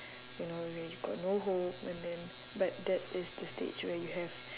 you know where you got no hope and then but that is the stage where you have